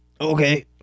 Okay